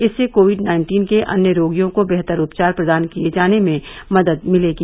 इससे COVID nineteen के अन्य रोगियों को बेहतर उपचार प्रदान किए जाने में मदद मिलेगी